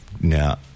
now